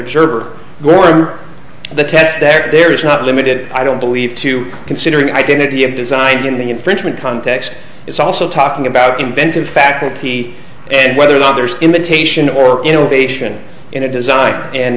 observer the test that there is not limited i don't believe to considering the identity of design in the infringement context it's also talking about inventive faculty and whether or not there is imitation or innovation in a design and